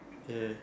ya